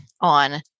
on